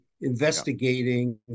investigating